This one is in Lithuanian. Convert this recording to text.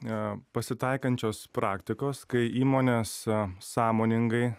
a pasitaikančios praktikos kai įmonės sąmoningai